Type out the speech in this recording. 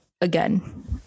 again